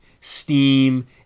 steam